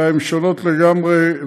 אלא הן שונות לגמרי,